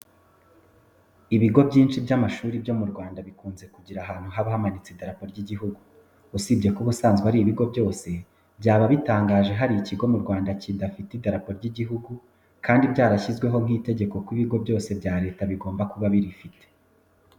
Ibigo byinshi by'amashuri byo mu Rwanda bikunze kugira ahantu haba hamanitse idarapo ry'igihugu. Usibye ko ubusanzwe ari ibigo byose, byaba bitangaje hari ikigo mu Rwanda kidafite idarapo rw'igihugu kandi byarashyizweho nk'itegeko ko ibigo byose bya leta bigomba kuba birifite.